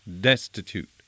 destitute